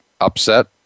Upset